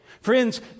Friends